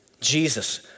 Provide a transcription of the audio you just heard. Jesus